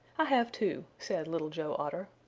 i have too! said little joe otter.